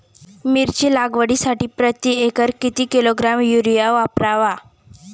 मिरची लागवडीसाठी प्रति एकर किती किलोग्रॅम युरिया वापरावा?